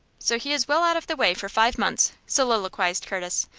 so he is well out of the way for five months! soliloquized curtis.